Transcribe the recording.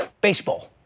baseball